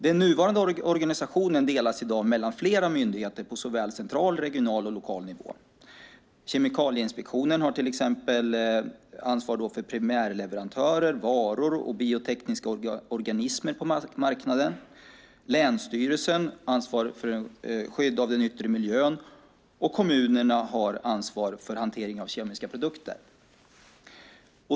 Den nuvarande organisationen delas i dag mellan flera myndigheter på såväl central och regional som lokal nivå. Kemikalieinspektionen har till exempel ansvar för primärleverantörer, varor och biotekniska organismer på marknaden. Länsstyrelsen ansvarar för skydd av den yttre miljön. Kommunerna har ansvaret för hanteringen av kemiska produkter.